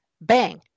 Bang